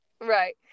Right